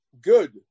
good